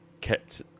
kept